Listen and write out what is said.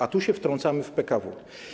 A tu się wtrącamy w PKW.